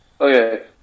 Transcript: Okay